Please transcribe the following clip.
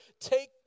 take